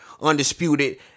Undisputed